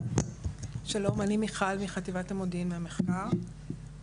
אני מחטיבת המודיעין, מהמחקר.